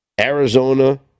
Arizona